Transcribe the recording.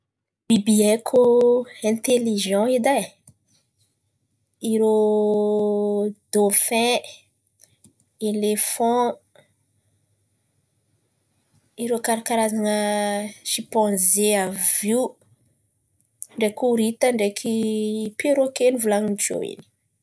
Biby haiko intelizan: irô dofin, elefan, irô karazan̈a simpanze àby io. Ndraiky orita ndraiky peroke.